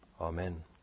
Amen